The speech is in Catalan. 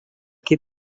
què